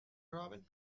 robin